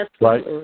Right